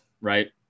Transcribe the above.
right